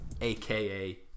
aka